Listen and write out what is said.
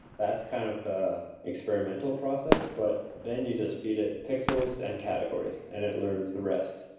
that's kind of the experimental process, but then you just feed it pixels and categories and it learns the rest.